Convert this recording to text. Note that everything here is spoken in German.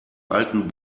alten